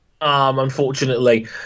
Unfortunately